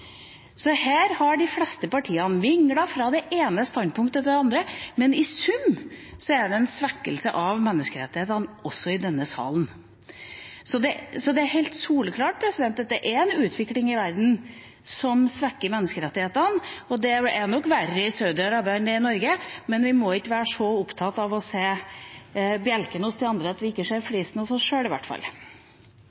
Så her har de fleste partiene vinglet fra det ene standpunktet til det andre, men i sum er det en svekkelse av menneskerettighetene også i denne salen. Det er helt soleklart at det er en utvikling i verden som svekker menneskerettighetene, og det er nok verre i Saudi-Arabia enn det er i Norge, men vi må ikke være så opptatt av å se bjelken hos de andre at vi ikke ser